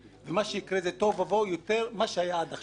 יקרה תוהו ובוהו יותר ממה שהיה עד כה.